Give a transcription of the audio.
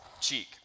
cheek